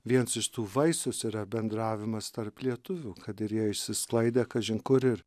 viens iš tų vaisius yra bendravimas tarp lietuvių kad ir jie išsisklaidę kažin kur ir